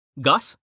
Gus